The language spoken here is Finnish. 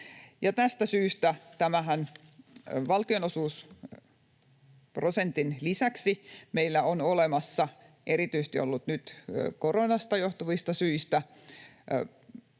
Tästä syystä tämän valtionosuusprosentin lisäksihän meillä on, erityisesti nyt koronasta johtuvista syistä,